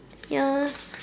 ya